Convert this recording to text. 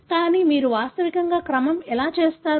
కాబట్టి మీరు వాస్తవికంగా క్రమం ఎలా చేస్తారు